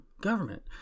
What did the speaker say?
government